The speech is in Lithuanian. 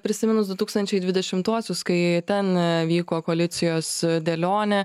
prisiminus du tūkstančiai dvidešimtuosius kai ten vyko koalicijos dėlionė